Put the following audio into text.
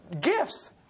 gifts